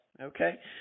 Okay